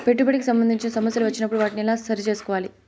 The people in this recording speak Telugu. పెట్టుబడికి సంబంధించిన సమస్యలు వచ్చినప్పుడు వాటిని ఎలా సరి చేయాలి?